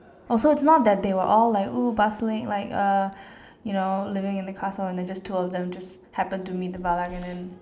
oh so it's not that they were all like !woo! bustling like uh you know living in the castle and then just the two of them just happen to meet to Valak and then